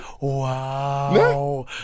Wow